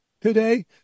today